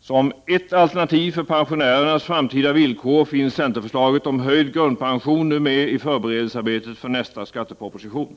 Som ett alternativ för pensionärernas framtida villkor finns centerförslaget om höjd grundpension nu med i förberedelsearbetet för nästa skatteproposition.